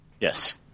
Yes